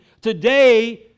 today